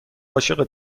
عاشق